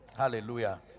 Hallelujah